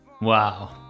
Wow